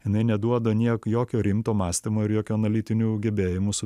jinai neduoda niek jokio rimto mąstymo ir jokių analitinių gebėjimų su